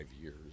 years